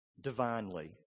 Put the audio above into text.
divinely